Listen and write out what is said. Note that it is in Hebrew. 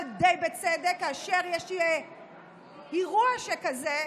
ודי בצדק: כאשר יש אירוע שכזה,